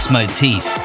Motif